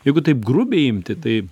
jeigu taip grubiai imti tai